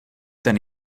ten